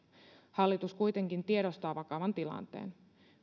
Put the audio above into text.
hallitus kuitenkin tiedostaa vakavan tilanteen